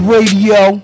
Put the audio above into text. Radio